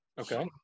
okay